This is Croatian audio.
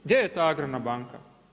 Gdje je ta Agrarna banka?